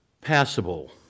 passable